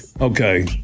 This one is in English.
Okay